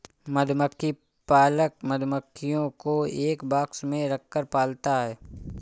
मधुमक्खी पालक मधुमक्खियों को एक बॉक्स में रखकर पालता है